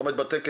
לא עומד בתקן.